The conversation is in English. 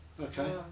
Okay